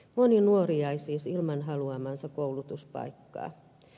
moni nuori jäi siis ilman haluamaansa koulutuspaikkaa